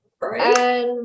Right